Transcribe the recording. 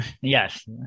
Yes